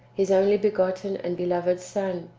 his only-begotten and beloved son,